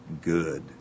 good